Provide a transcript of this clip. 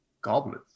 Goblins